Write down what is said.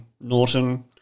Norton